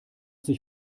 sich